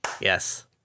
Yes